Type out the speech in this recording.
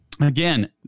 again